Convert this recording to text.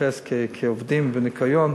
התחפשו לעובדי ניקיון,